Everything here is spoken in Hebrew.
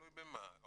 תלוי במה.